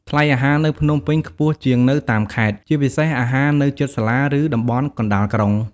ថ្លៃអាហារនៅភ្នំពេញខ្ពស់ជាងនៅតាមខេត្ត ជាពិសេសអាហារនៅជិតសាលា ឬតំបន់កណ្ដាលក្រុង។